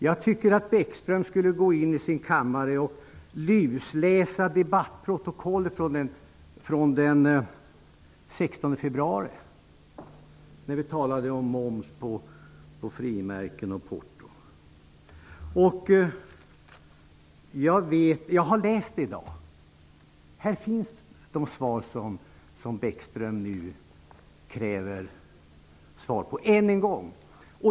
Jag tycker att Bäckström skall gå in i sin kammare och lusläsa debattprotokollet från den 16 februari, när vi talade om moms på frimärken och porto. Jag har läst det i dag. Här finns svar på de frågor som Bäckström nu kräver svar på än en gång.